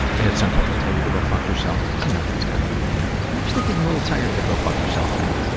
and at some point i tell you to go fuck yourself, because you know that's gotta be in there. i'm actually getting a little tired of the go fuck yourself thing.